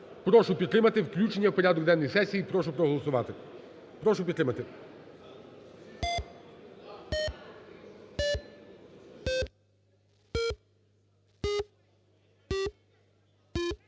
Прошу підтримати включення в порядок денний сесії. Прошу проголосувати. Прошу підтримати.